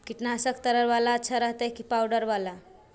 कीटनाशक तरल बाला अच्छा रहतै कि पाउडर बाला?